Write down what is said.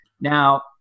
Now